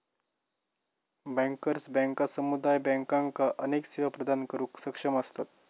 bankers बँका समुदाय बँकांका अनेक सेवा प्रदान करुक सक्षम असतत